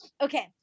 okay